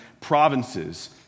provinces